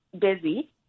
busy